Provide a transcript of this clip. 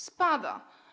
Spada.